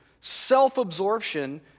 self-absorption